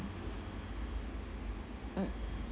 mm